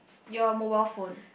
your mobile phone